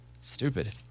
Stupid